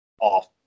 off